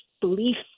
beliefs